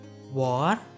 War